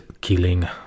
killing